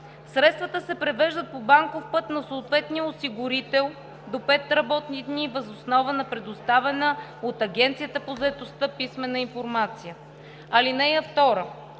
Средствата се превеждат по банков път на съответния осигурител до пет работни дни въз основа на предоставена от Агенцията по заетостта писмена информация. (2)